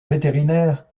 vétérinaire